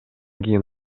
кийин